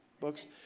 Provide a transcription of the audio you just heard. books